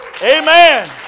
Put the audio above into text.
Amen